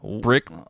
Brick